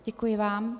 Děkuji vám.